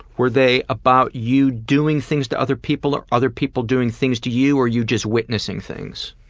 were they about you doing things to other people, or other people doing things to you, or you just witnessing things?